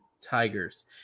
Tigers